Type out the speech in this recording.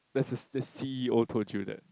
that's the the c_e_o told you that